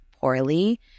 poorly